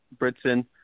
Britson